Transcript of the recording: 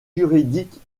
juridiques